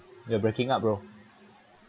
you're breaking up bro